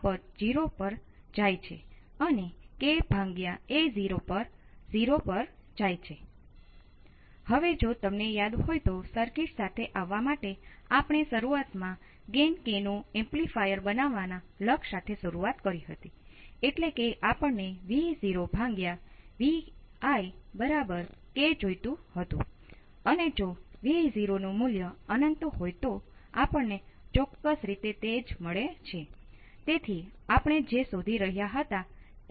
પછી હું સર્કિટ ને વિદ્યુત પ્રવાહ દ્વારા વિભાજિત કરીએ છીએ